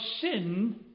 sin